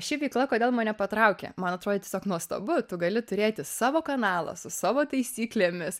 ši veikla kodėl mane patraukė man atrodė tiesiog nuostabu tu gali turėti savo kanalą su savo taisyklėmis